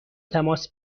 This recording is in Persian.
تماس